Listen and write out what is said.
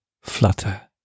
Flutter